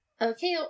Okay